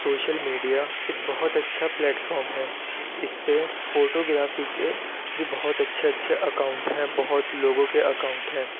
social media ایک بہت اچھا پلیٹفارام ہے اس پہ فوٹو گرافی کے بھی بہت اچھے اچھے اکاؤنٹ ہیں بہت لوگوں کے اکاؤنٹ ہیں